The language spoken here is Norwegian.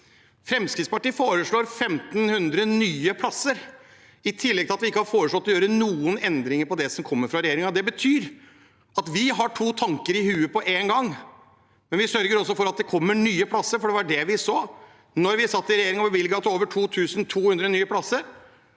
Fremskrittspartiet foreslår 1 500 nye plasser, i tillegg til at vi ikke har foreslått å gjøre noen endringer på det som kommer fra regjeringen. Det betyr at vi har to tanker i hodet på en gang, men vi sørger også for at det kommer nye plasser. Det vi så da vi satt i regjering og bevilget til over 2 200 nye plasser,